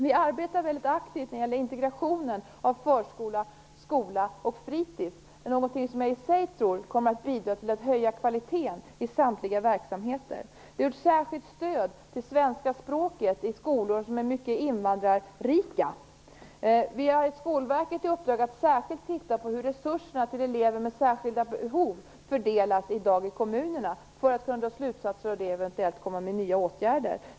Vi arbetar väldigt aktivt i fråga om integrationen av förskola, skola och fritis. Något som jag tror i sig kommer att bidra till höjd kvalitet i samtliga verksamheter är ett särskilt stöd till svenska språket i mycket invandrarrika skolor. Vi har gett Skolverket i uppdrag att särskilt titta på hur resurserna till elever med särskilda behov i dag fördelas i kommunerna; detta för att kunna dra slutsatser och eventuellt komma med nya åtgärder.